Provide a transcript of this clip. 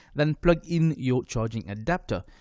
then plug in your charging adaptor.